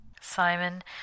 Simon